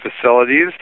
facilities